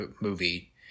movie